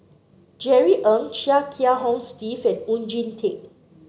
Jerry Ng Chia Kiah Hong Steve and Oon Jin Teik